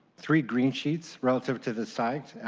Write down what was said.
three green sheets relative to the site,